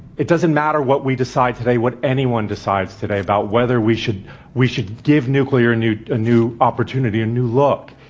it doesn't matter what we decide today, what anyone decides today about whether we should we should give nuclear a new a new opportunity, a new look.